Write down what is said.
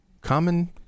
Common